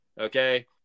okay